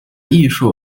艺术